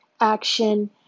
action